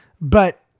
But-